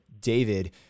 David